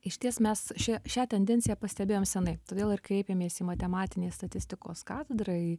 išties mes šią šią tendenciją pastebėjom senai todėl ir kreipėmės į matematinės statistikos katedrąi